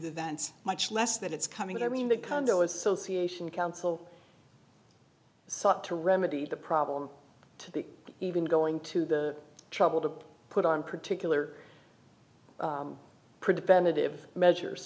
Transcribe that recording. the vents much less that it's coming out i mean the condo association council sought to remedy the problem to the even going to the trouble to put on particular preventive measures